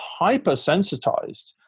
hypersensitized